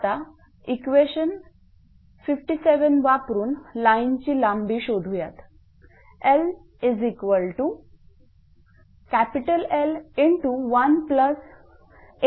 आता इक्वेशन 57 वापरून लाईनची लांबी शोधूयात